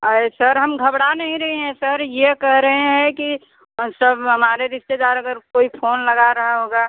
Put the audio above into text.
अरे सर हम घबड़ा नहीं रहे हैं सर ये कहे रहे हैं कि सब हमारे रिश्तेदार अगर कोई फोन लगा रहा होगा